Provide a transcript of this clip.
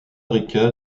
rica